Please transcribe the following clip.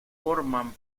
forman